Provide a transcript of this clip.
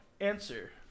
answer